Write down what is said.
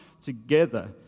together